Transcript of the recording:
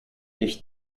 ich